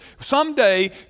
Someday